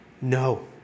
No